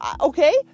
Okay